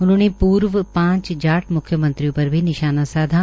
उन्होंने पूर्व पांच जाट मुख्यमंत्रियों पर भी निशाना साधा